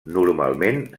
normalment